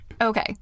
Okay